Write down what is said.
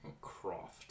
Croft